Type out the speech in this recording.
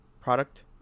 product